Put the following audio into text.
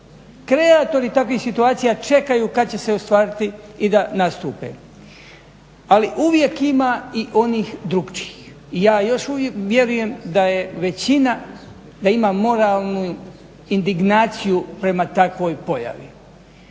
Kreatori takvih situacija čekaju kada će se ostvariti i da nastupe. Ali uvijek ima i onih drukčijih. I ja još uvijek vjerujem da je većina, da ima moralnu indignaciju prema takvoj pojavi.